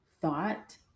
thought